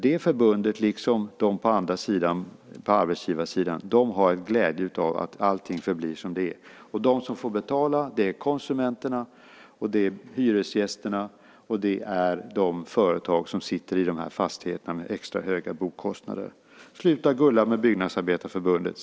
Det förbundet, liksom de på andra sidan, på arbetsgivarsidan, har nämligen glädje av att allting förblir som det är. De som får betala är konsumenterna, och det är hyresgästerna, och det är de företag som sitter i de här fastigheterna med extra höga bokostnader. Sluta gulla med Byggnadsarbetareförbundet!